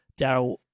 daryl